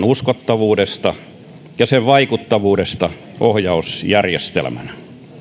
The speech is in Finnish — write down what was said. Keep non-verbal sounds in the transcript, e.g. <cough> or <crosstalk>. <unintelligible> uskottavuudesta ja sen vaikuttavuudesta ohjausjärjestelmänä